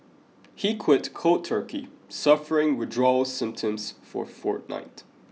he quit cold turkey suffering withdrawal symptoms for a fortnight